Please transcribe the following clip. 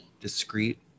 discrete